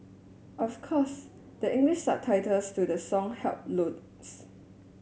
of course the English subtitles to the song helped loads